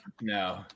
No